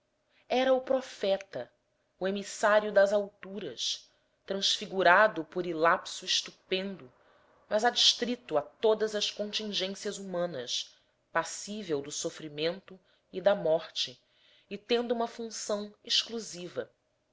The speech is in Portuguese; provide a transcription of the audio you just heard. era o profeta o emissário das alturas transfigurado por ilapso estupendo mas adstrito a todas as contingências humanas passível do sofrimento e da morte e tendo uma função exclusiva